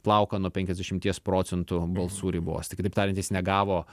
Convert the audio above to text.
plauką nuo penkiasdešimties procentų balsų ribos tai kitaip tariant jis negavo